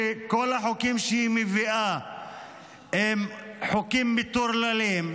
שכל החוקים שהיא מביאה הם חוקים מטורללים,